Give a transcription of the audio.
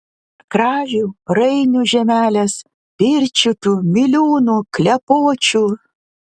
kražių rainių žemelės pirčiupių miliūnų klepočių